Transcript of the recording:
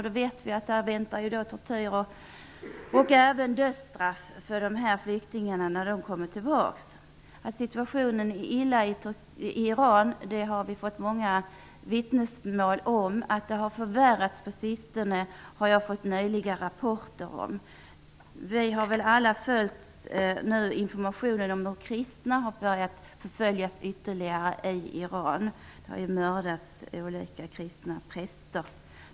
Vi vet att det där väntar tortyr och även dödsstraff för dessa flyktingar när de kommer tillbaka. Att situationen är illa i Iran har vi fått många vittnesmål om, och jag har nyligen fått rapporter om att den på sistone har förvärrats. Vi har väl alla fått information om att de kristna nu ytterligare förföljs i Iran. Kristna präster har mördats.